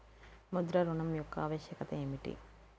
ముద్ర ఋణం యొక్క ఆవశ్యకత ఏమిటీ?